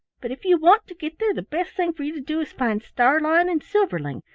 but if you want to get there the best thing for you to do is find starlein and silverling,